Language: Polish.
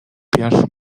piasz